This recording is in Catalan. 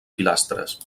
pilastres